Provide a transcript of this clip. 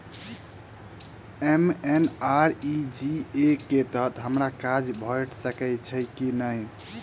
MNREGA कऽ तहत हमरा काज भेट सकय छई की नहि?